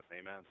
Amen